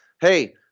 Hey